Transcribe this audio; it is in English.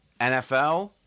NFL